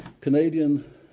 Canadian